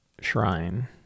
shrine